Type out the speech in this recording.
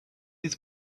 his